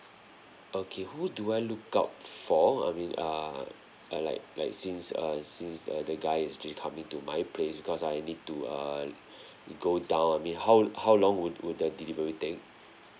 okay who do I look out for I mean err uh like like since uh since uh the guy is actually coming to my place because I need to err go down I mean how how long would would the delivery take